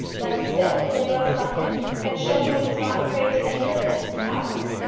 but still he had done something had shown that he was not afraid to enter a tenant's house.